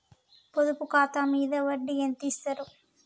పొదుపు ఖాతా మీద వడ్డీ ఎంతిస్తరు?